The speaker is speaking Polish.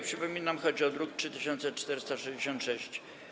Przypominam, chodzi o druk nr 3466.